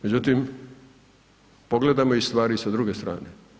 Međutim, pogledajmo i stvari sa druge strane.